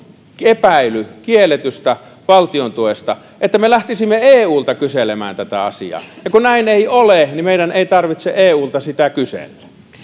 epäily kielletystä valtiontuesta jotta me lähtisimme eulta kyselemään tätä asiaa ja kun näin ei ole niin meidän ei tarvitse eulta sitä